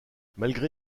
malgré